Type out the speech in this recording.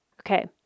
Okay